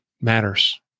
matters